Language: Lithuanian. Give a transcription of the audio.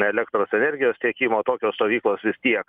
elektros energijos tiekimo tokios stovyklos vis tiek